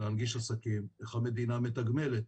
להנגיש עסקים, איך המדינה מתגמלת